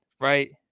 right